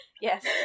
Yes